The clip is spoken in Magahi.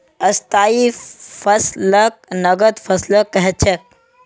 स्थाई फसलक नगद फसलो कह छेक